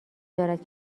دارد